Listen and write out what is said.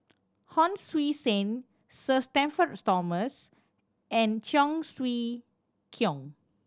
Hon Sui Sen Sir Shenton Thomas and Cheong Siew Keong